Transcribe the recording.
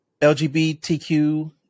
LGBTQ